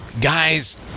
Guys